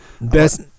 best